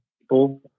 people